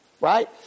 right